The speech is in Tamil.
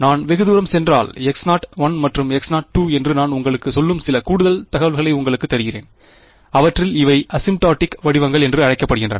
நான் வெகுதூரம் சென்றால் H0மற்றும் H0 என்று நான் உங்களுக்குச் சொல்லும் சில கூடுதல் தகவல்களை உங்களுக்குத் தருகிறேன் அவற்றில் இவை அசிம்ப்டாடிக் வடிவங்கள் என்று அழைக்கப்படுகின்றன